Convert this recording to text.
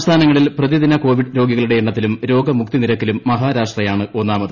സംസ്ഥാനങ്ങളിൽ പ്രതിദിന കോവിഡ് രോഗികളുടെ എണ്ണത്തിലും രോഗമുക്തി നിരക്കിലും മഹാരാഷ്ട്രയാണ് ഒന്നാമത്